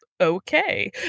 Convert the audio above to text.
okay